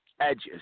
edges